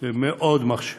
זה מאוד מרשים.